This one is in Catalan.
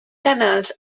canals